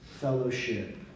fellowship